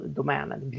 domänen